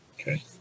Okay